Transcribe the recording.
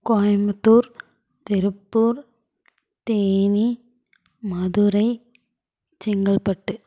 Coimbatore Tiruppur Theni Madurai Chengalpattu